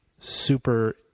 super